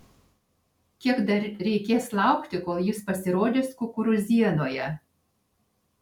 kiek dar reikės laukti kol jis pasirodys kukurūzienoje